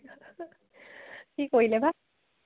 কি কৰিলে বা